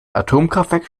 atomkraftwerke